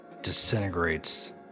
disintegrates